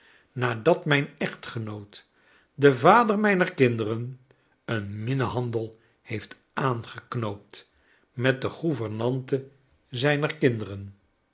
nadat mijn echtgenoot de vader mijner kinderen een minnehandel heeft aangeknoopt met de gouvernante zijner kinderen